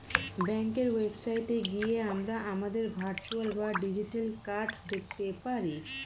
ব্যাঙ্কের ওয়েবসাইটে গিয়ে আমরা আমাদের ভার্চুয়াল বা ডিজিটাল কার্ড দেখতে পারি